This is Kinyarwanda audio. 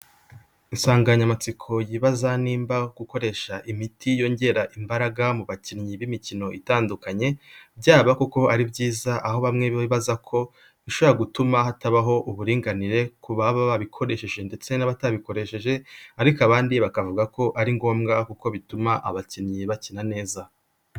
Insanganyamatsiko yibaza nimba gukoresha imiti yongera imbaraga mu bakinnyi b'imikino itandukanye, byaba koko ari byiza, aho bamwe bibaza ko bishobora gutuma hatabaho uburinganire ku babikoresheje ndetse n'abatabikoresheje ariko abandi bakavuga ko ari ngombwa kuko bituma abakinnyi bakina neza.